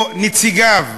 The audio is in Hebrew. או נציגיו,